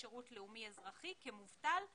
הנושא הוא חלף דמי אבטלה לחיילים בודדים,